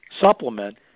supplement